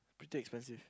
pretty expensive